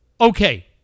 Okay